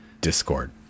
Discord